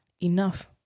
enough